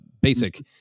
basic